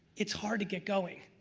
it's hard to get going.